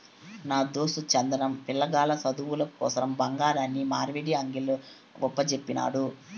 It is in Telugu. నా దోస్తు చంద్రం, పిలగాల్ల సదువుల కోసరం బంగారాన్ని మార్వడీ అంగిల్ల ఒప్పజెప్పినాడు